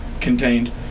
contained